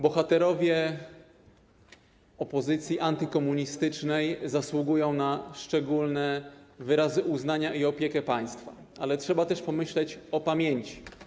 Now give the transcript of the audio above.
Bohaterowie opozycji antykomunistycznej zasługują na szczególne wyrazy uznania oraz opiekę państwa, ale trzeba też pomyśleć o pamięci.